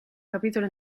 capitolo